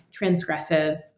transgressive